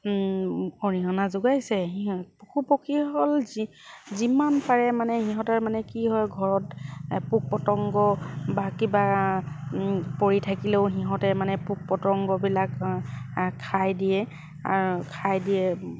অৰিহণা যোগাইছে সি পশুপক্ষীসকল যি যিমান পাৰে মানে সিহঁতৰ মানে কি হয় ঘৰত পোক পতংগ বা কিবা পৰি থাকিলেও সিহঁতে মানে পোক পতংগবিলাক খাই দিয়ে খাই দিয়ে